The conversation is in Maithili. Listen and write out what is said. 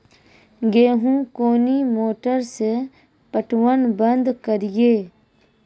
गेहूँ कोनी मोटर से पटवन बंद करिए?